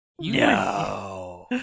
No